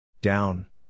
Down